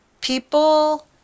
people